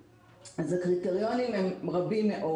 הקריטריונים הם רבים מאוד.